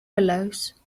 willows